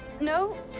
No